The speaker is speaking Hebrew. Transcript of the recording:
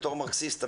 בתור מרקסיסט,